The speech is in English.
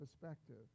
perspective